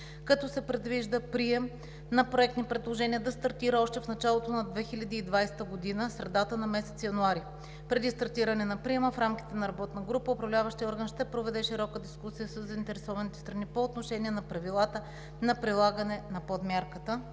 като се предвижда прием на проектни предложения да стартира още в началото на 2020 г. в средата на месец януари. Преди стартиране на приема в рамките на работна група Управляващият орган ще проведе широка дискусия със заинтересованите страни по отношение на правилата на прилагане на Подмярката.